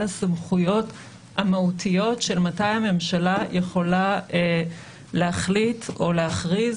הסמכויות המהותיות של מתי הממשלה יכולה להחליט או להכריז